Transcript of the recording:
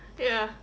ya